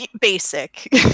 basic